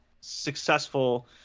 successful